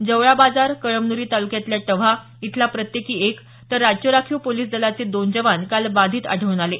जवळाबाजार कळमनुरी तालुक्यातल्या टव्हा इथला प्रत्येकी एक तर राक्य राखीव पोलिस दलाचे दोन जवान काल बाधित आढळून आले